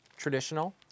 Traditional